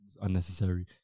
unnecessary